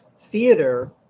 theater